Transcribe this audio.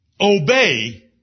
Obey